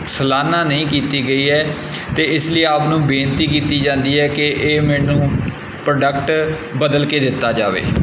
ਸਲਾਹਨਾ ਨਹੀਂ ਕੀਤੀ ਗਈ ਹੈ ਅਤੇ ਇਸ ਲਈ ਆਪ ਨੂੰ ਬੇਨਤੀ ਕੀਤੀ ਜਾਂਦੀ ਹੈ ਕਿ ਇਹ ਮੈਨੂੰ ਪ੍ਰੋਡਕਟ ਬਦਲ ਕੇ ਦਿੱਤਾ ਜਾਵੇ